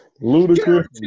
Ludicrous